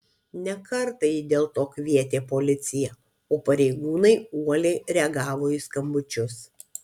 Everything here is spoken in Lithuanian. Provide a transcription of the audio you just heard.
ne kartą ji dėl to kvietė policiją o pareigūnai uoliai reagavo į skambučius